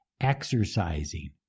exercising